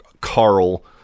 Carl